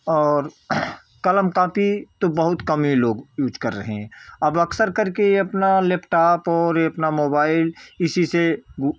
और कलम कॉपी तो बहुत कम ही लोग यूज़ कर रहे हैं अब अक्सर करके अपना लैपटॉप और अपना मोबाइल इसी से